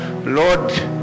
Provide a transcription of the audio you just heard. lord